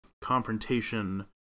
confrontation